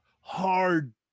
hard